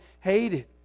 hated